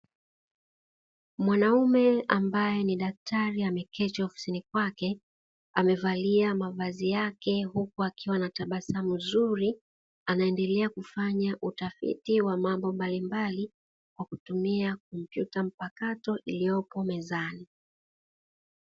Mwanaume ambaye ni daktari ameketi ofisini kwake amevalia mavazi yake, huku akiwa na tabasamu zuri anaendelea kufanya utafiti wa mambo mbalimbali kwa kutumia kompyuta mpakato iliyopo mezani.